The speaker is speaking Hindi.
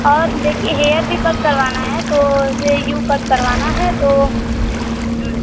और देखिए हेयर भी कट करवाना है तो उसे यू कट करवाना है तो